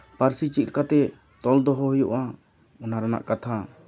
ᱯᱟᱹᱨᱥᱤ ᱪᱮᱫ ᱞᱮᱠᱟᱛᱮ ᱛᱚᱞ ᱫᱚᱦᱚ ᱦᱩᱭᱩᱜᱼᱟ ᱚᱱᱟ ᱨᱮᱱᱟᱜ ᱠᱟᱛᱷᱟ